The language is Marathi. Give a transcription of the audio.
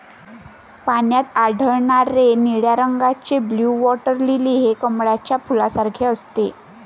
पाण्यात आढळणारे निळ्या रंगाचे ब्लू वॉटर लिली हे कमळाच्या फुलासारखे असते